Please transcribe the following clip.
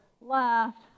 left